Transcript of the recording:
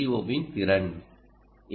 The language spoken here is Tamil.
ஓவின் திறன் எல்